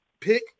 pick